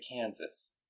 kansas